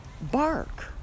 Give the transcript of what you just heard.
bark